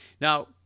now